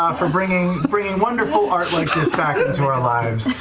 um for bringing bringing wonderful art like this back into our lives.